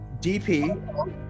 dp